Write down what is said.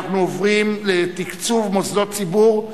אנחנו עוברים לתקצוב מוסדות ציבור,